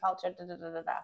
culture